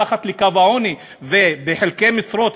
או כי הן עובדות מתחת לקו העוני ובחלקי משרות,